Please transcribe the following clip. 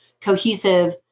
cohesive